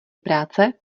práce